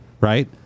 Right